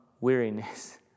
weariness